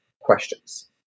questions